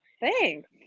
Thanks